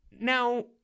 Now